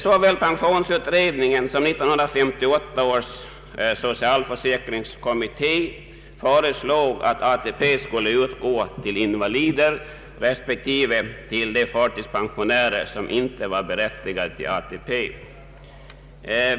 Såväl pensionsutredningen som 1958 års socialförsäkringskommitté föreslog att ATP skulle utgå till invalider respektive till de förtidspensionärer som inte var berättigade till ATP.